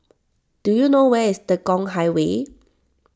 do you know where is Tekong Highway